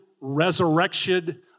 resurrection